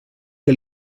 que